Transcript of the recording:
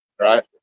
right